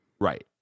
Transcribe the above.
right